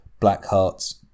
Blackheart's